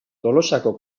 tolosako